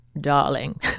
darling